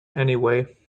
anyway